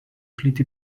plyti